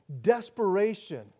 desperation